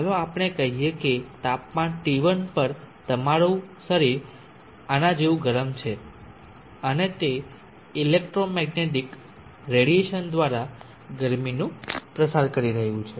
તો ચાલો આપણે કહી શકીએ કે તાપમાન T1 પર તમારું શરીર આના જેવું ગરમ છે અને તે ઇલેક્ટ્રોમેગ્નેટિક રેડિયેશન દ્વારા ગરમીનું પ્રસાર કરી રહ્યું છે